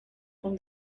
from